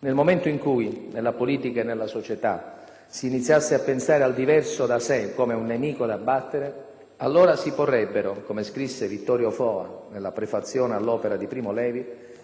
Nel momento in cui, nella politica e nella società, si iniziasse a pensare al diverso da sé come un nemico da abbattere, allora si porrebbero, come scrisse Vittorio Foa nella prefazione all'opera di Primo Levi,